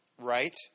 right